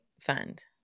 fund